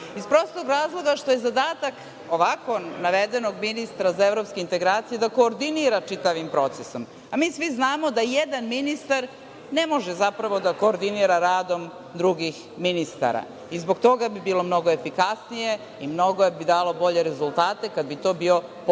Iz prostog razloga što je zadatak ovako navedenog ministra za evropske integracije da koordinira čitavim procesom, a mi svi znamo da jedan ministar ne može zapravo da koordinira radom drugih ministara. Zbog toga bi bilo mnogo efikasnije i mnogo bi dalo bolje rezultate kada bi to bio potpredsednik